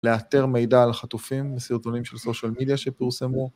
לאתר מידע על החטופים בסרטונים של סושיאל מידיה שפורסמו.